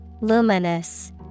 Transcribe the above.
Luminous